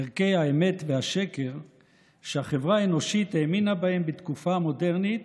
ערכי האמת והשקר שהחברה האנושית האמינה בהם בתקופה המודרנית,